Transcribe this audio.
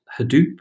Hadoop